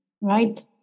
right